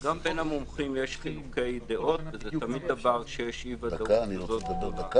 גם בין המומחים יש חילוקי דעות וזה קורה תמיד כשיש אי-ודאות גדולה.